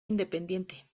independiente